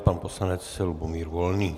Pan poslanec Lubomír Volný.